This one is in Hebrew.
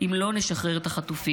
אם לא נשחרר את החטופים.